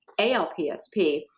ALPSP